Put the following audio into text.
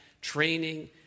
training